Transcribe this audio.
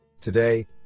Today